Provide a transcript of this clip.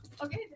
Okay